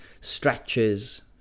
stretches